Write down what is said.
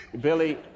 Billy